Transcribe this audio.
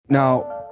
Now